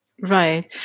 Right